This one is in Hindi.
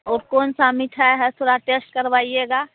वह कौन सी मिठाई है थोड़ा टेस्ट करवाइएगा